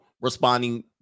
responding